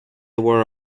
were